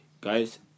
Guys